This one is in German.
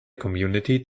community